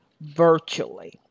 Virtually